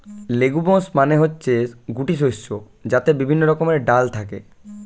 legumes মানে হচ্ছে গুটি শস্য যাতে বিভিন্ন রকমের ডাল থাকে